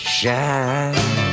shine